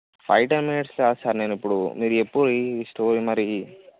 five ten మినిట్స్లో కాదు sir నేను ఇప్పుడు మీరు చెప్పుర్రి ఈ స్టోరీ మరి